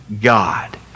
God